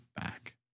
back